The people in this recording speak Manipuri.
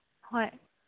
ꯍꯣꯏ